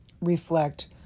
reflect